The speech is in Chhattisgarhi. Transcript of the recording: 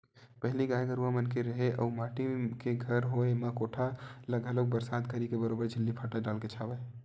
पहिली गाय गरुवा मन के रेहे ले अउ माटी के घर होय म कोठा ल घलोक बरसात घरी के बरोबर छिल्ली फाटा डालके छावय